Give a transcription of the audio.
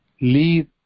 leave